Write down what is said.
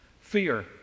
Fear